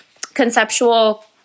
conceptual